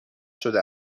شده